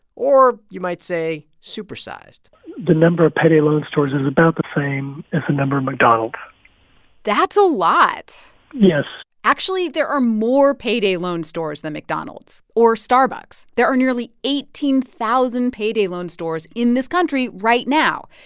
or, you might say, supersized the number of payday loan stores is about the same as the number of mcdonald's that's a lot yes actually, there are more payday loan stores than mcdonald's or starbucks. there are nearly eighteen thousand payday loan stores in this country right now.